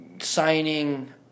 signing –